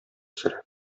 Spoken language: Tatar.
сере